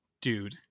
Dude